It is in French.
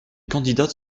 candidates